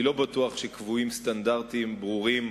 אני לא בטוח שקבועים סטנדרטים ברורים,